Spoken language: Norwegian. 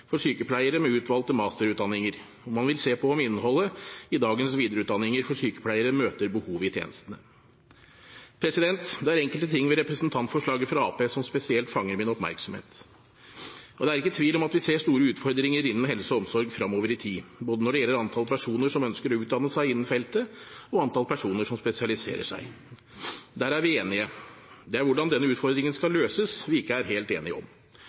for sykepleiere med utvalgte masterutdanninger, og man vil se på om innholdet i dagens videreutdanninger for sykepleiere møter behovet i tjenestene. Det er enkelte ting ved representantforslaget fra Arbeiderpartiet som spesielt fanger min oppmerksomhet. Det er ikke tvil om at vi ser store utfordringer innen helse og omsorg fremover i tid, når det gjelder både antall personer som ønsker å utdanne seg innen feltet, og antall personer som spesialiserer seg. Der er vi enige. Det er hvordan denne utfordringen skal løses, som vi ikke er helt enige om.